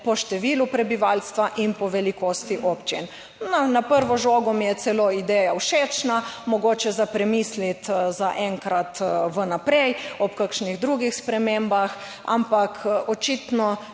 po številu prebivalstva in po velikosti občin. Na prvo žogo mi je celo ideja všečna, mogoče za premisliti za enkrat v naprej ob kakšnih drugih spremembah, ampak očitno